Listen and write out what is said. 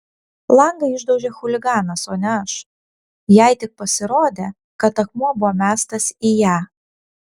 langą išdaužė chuliganas o ne aš jai tik pasirodė kad akmuo buvo mestas į ją